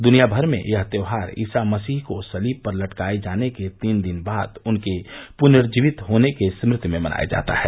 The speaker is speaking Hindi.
दुनिया भर में यह त्योहार ईसा मसीह को सलीब पर लटकाये जाने के तीन दिन बाद उनके पुनर्जीवित होने की स्मृति में मनाया जाता है